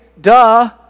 duh